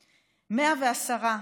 110,